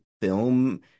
film